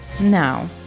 now